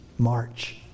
march